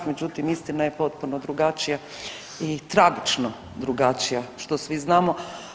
Međutim, istina je potpuno drugačija i tragično drugačija što svi znamo.